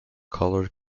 colored